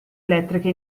elettriche